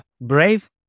brave